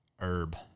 herb